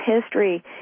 history